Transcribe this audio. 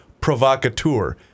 provocateur